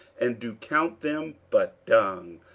and do count them but dung,